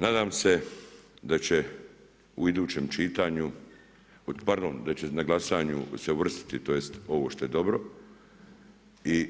Nadam se da će u idućem čitanju, pardon, da će na glasanju se uvrstiti tj. ovo što je dobro, i